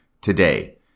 today